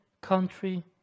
country